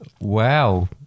Wow